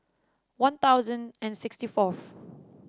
One Thousand and sixty fourth